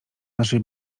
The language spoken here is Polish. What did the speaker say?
naszej